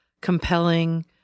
compelling